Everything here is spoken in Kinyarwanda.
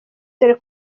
dore